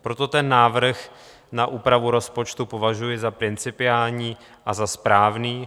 Proto ten návrh na úpravu rozpočtu považuji za principiální a za správný.